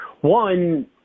One